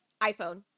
iPhone